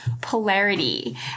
polarity